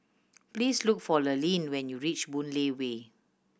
please look for Lurline when you reach Boon Lay Way